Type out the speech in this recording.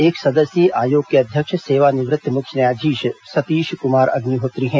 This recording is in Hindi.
एक सदस्यीय आयोग के अध्यक्ष सेवानिवृत्त मुख्य न्यायाधीश सतीश कुमार अग्निहोत्री है